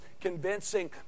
convincing